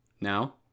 Now